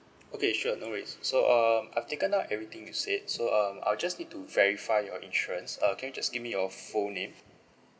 okay sure no worries so um I've taken down everything you said so um I'll just need to verify your insurance uh can you just give me your full name